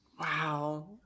Wow